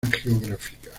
geográfica